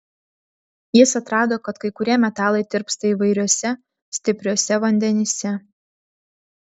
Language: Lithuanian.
jis atrado kad kai kurie metalai tirpsta įvairiuose stipriuose vandenyse